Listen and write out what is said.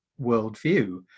worldview